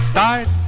Start